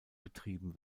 betrieben